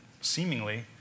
seemingly